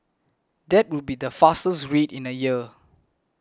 that would be the fastest rate in a year